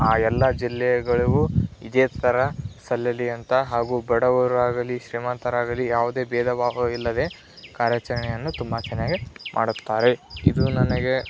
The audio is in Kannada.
ಆ ಎಲ್ಲ ಜಿಲ್ಲೆಗಳಿಗೂ ಇದೆ ಥರ ಸಲ್ಲಲಿ ಅಂತ ಹಾಗೂ ಬಡವರಾಗಲಿ ಶ್ರೀಮಂತರಾಗಲಿ ಯಾವುದೇ ಭೇದ ಭಾವವಿಲ್ಲದೇ ಕಾರ್ಯಾಚರಣೆಯನ್ನು ತುಂಬ ಚೆನ್ನಾಗಿ ಮಾಡುತ್ತಾರೆ ಇದು ನನಗೆ